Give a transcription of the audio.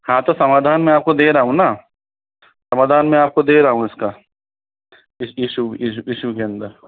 हाँ तो समाधान मैं आपको दे रहा हूँ ना समाधान मैं आपको दे रहा हूँ इसका इस इशू के अंदर